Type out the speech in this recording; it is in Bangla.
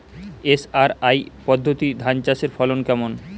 এস.আর.আই পদ্ধতি ধান চাষের ফলন কেমন?